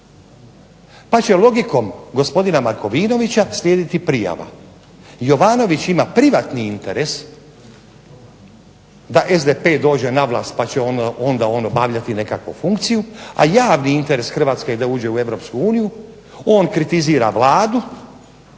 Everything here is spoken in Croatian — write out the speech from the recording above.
Pa će logikom gospodina Markovinovića slijediti prijava. Jovanović ima privatni interes da SDP dođe na vlast pa će onda on obavljati nekakvu funkciju, a javni interes Hrvatske je da uđe u Europsku uniju. On kritizira Vladu,